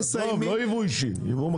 מי פה מהיבוא המקביל?